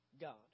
God